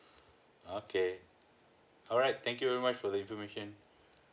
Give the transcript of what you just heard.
okay alright thank you very much for the information